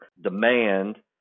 demand